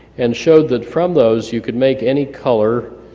and showed that from those you could make any color,